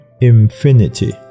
infinity